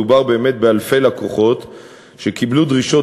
מדובר באמת באלפי לקוחות שקיבלו דרישות